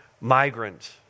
migrant